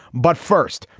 but first,